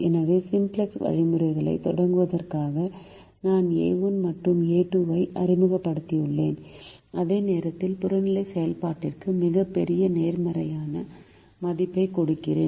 எனவே சிம்ப்ளக்ஸ் வழிமுறையைத் தொடங்குவதற்காக நான் a1 மற்றும் a2 ஐ அறிமுகப்படுத்தியுள்ளேன் அதே நேரத்தில் புறநிலை செயல்பாட்டிற்கு மிகப் பெரிய நேர்மறையான மதிப்பைக் கொடுக்கிறேன்